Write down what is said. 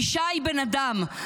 אישה היא בן אדם,